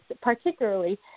particularly